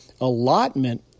Allotment